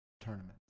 tournaments